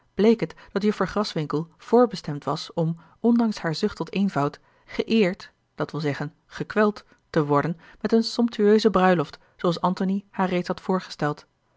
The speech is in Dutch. bleek het dat juffer graswinckel voorbestemd was om ondanks haar zucht tot eenvoud geëerd dat wil zeggen gekweld te worden met eene somptueuse bruiloft zooals antony haar reeds had voorgesteld